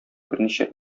берничә